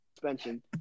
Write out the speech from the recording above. Suspension